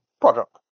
product